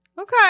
Okay